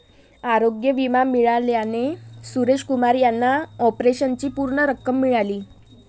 आरोग्य विमा मिळाल्याने सुरेश कुमार यांना ऑपरेशनची पूर्ण रक्कम मिळाली